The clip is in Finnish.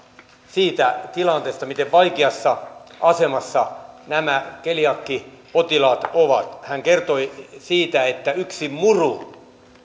siitä tilanteesta miten vaikeassa asemassa nämä keliakiapotilaat ovat hän kertoi siitä että yksi muru